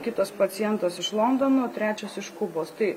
kitas pacientas iš londono trečias iš kubos tai